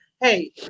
Hey